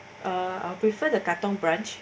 uh I'll prefer the katong branch